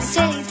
Say